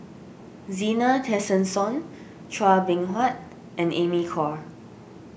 Zena Tessensohn Chua Beng Huat and Amy Khor